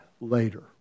later